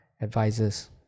Advisors